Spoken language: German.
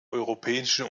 europäischen